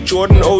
Jordan